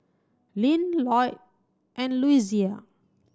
Linn Loyd and Louisa